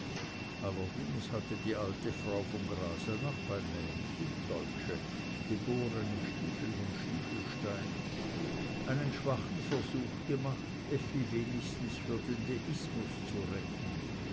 allerdings hatte die alte frau von grasenabb eine süddeutsche geborene stiefel von stiefelstein einen schwachen versuch gemacht effi wenigstens für den deismus zu retten